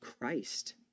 Christ